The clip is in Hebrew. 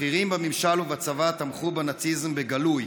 בכירים בממשל ובצבא תמכו בנאציזם בגלוי.